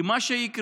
כי מה שיקרה,